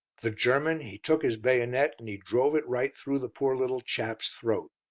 the german, he took his bayonet, and he drove it right through the poor little chap's throat.